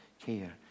care